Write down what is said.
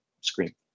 screen